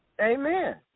Amen